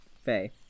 Faye